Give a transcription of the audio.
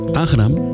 Aangenaam